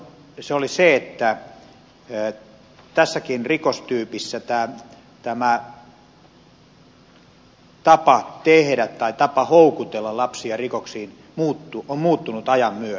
se oli se että tässäkin rikostyypissä tapa houkutella lapsia rikoksiin on muuttunut ajan myötä